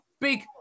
big